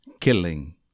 killing